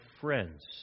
friends